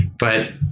but